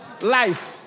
life